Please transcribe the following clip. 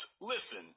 listen